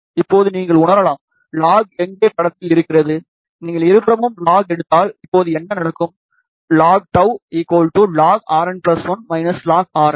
இப்போது நீங்கள் உணரலாம் லாஃக் எங்கே படத்தில் வருகிறது நீங்கள் இருபுறமும் லாஃக் எடுத்தால் இப்போது என்ன நடக்கும் log τ log Rn1 log Rn